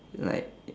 then like